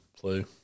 play